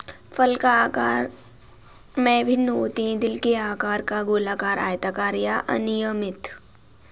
फल आकार में भिन्न होते हैं, दिल के आकार का, गोलाकार, आयताकार या अनियमित